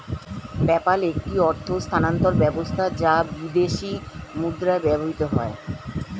PayPal একটি অর্থ স্থানান্তর ব্যবস্থা যা বিদেশী মুদ্রায় ব্যবহৃত হয়